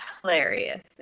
hilarious